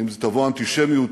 האם תבוא אנטישמיות